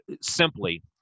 simply